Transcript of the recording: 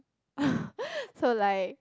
so like